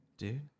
Dude